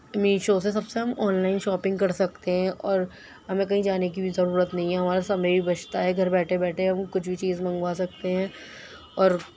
میشو سے سب سے ہم آن لائن شاپنگ کر سکتے ہیں اور ہمیں کہیں جانے کی بھی ضرورت نہیں ہے اور ہمارا سمے بھی بچتا ہے گھر بیٹھے بیٹھے ہم کچھ بھی چیز منگوا سکتے ہیں اور